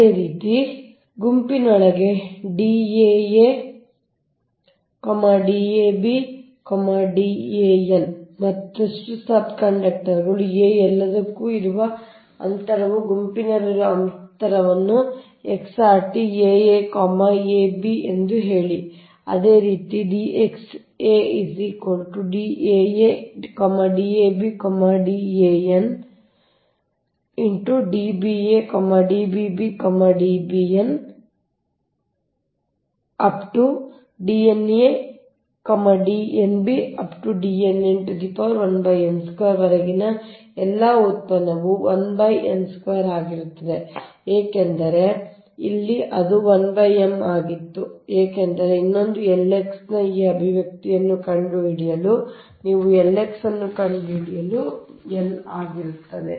ಅದೇ ರೀತಿ ಗುಂಪಿನೊಳಗೆ D aa D ab Dan ಮತ್ತು ಮತ್ತಷ್ಟು ಸಬ್ ಕಂಡಕ್ಟರ್ a ಎಲ್ಲದಕ್ಕೂ ಇರುವ ಅಂತರವು ಗುಂಪಿನಲ್ಲಿರುವ ಅಂತರವನ್ನು X rt aa ab ಎಂದು ಹೇಳಿ ಅದೇ ರೀತಿ ವರೆಗಿನ ಎಲ್ಲಾ ಉತ್ಪನ್ನವು 1n 2 ಆಗಿರುತ್ತದೆ ಏಕೆಂದರೆ ಇಲ್ಲಿ ಅದು 1 m ಆಗಿತ್ತು ಏಕೆಂದರೆ ಇನ್ನೊಂದು L x ನ ಈ ಅಭಿವ್ಯಕ್ತಿಯನ್ನು ಕಂಡುಹಿಡಿಯಲು ನಿಮ್ಮ L x ಅನ್ನು ಕಂಡುಹಿಡಿಯಲು ಒಂದು L ಇರುತ್ತದೆ